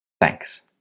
Thanks